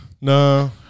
No